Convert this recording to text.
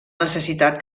necessitat